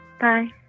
Bye